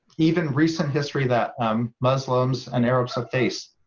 even recent history that um muslims and arabs have faced.